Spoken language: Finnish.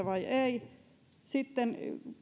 vai ei sitten